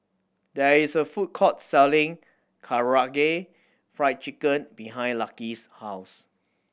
there is a food court selling Karaage Fried Chicken behind Lucky's house